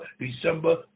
December